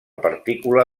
partícula